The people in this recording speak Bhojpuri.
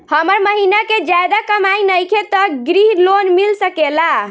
हमर महीना के ज्यादा कमाई नईखे त ग्रिहऽ लोन मिल सकेला?